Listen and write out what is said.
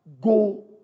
go